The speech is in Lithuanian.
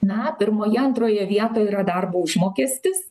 na pirmoje antroje vietoje yra darbo užmokestis